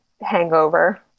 hangover